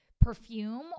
perfume